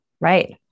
Right